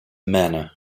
manor